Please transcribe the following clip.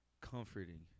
Comforting